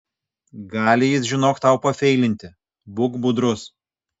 gali jis žinok tau pafeilinti būk budrus